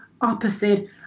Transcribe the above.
opposite